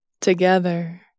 Together